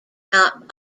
not